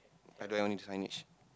I don't have only the signage